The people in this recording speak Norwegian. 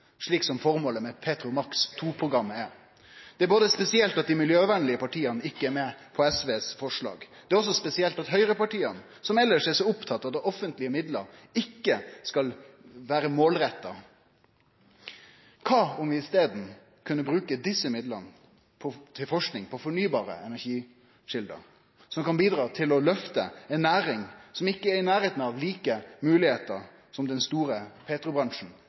slik som formålet med Petromax 2-programmet er. Det er spesielt at dei miljøvenlege partia ikkje er med på SVs forslag. Det er også spesielt at høgrepartia, som elles er så opptatt av offentlege midlar, ikkje er målretta. Kva om vi i staden kunne bruke desse midlane til forsking på fornybare energikjelder, som kan bidra til å løfte ei næring som ikkje er i nærleiken av å ha same moglegheiter som den store petrobransjen